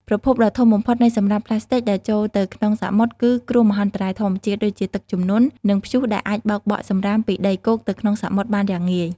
ប្រភពដ៏ធំបំផុតនៃសំរាមប្លាស្ទិកដែលចូលទៅក្នុងសមុទ្រ គឺគ្រោះមហន្តរាយធម្មជាតិ ដូចជាទឹកជំនន់ និងព្យុះដែលអាចបោកបក់សំរាមពីដីគោកទៅក្នុងសមុទ្របានយ៉ាងងាយ។